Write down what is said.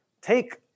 take